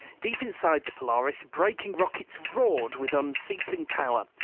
deep inside the polaris, braking rockets roared with unceasing power,